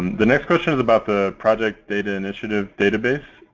the next question is about the project data initiative database.